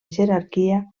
jerarquia